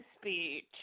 speech